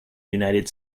united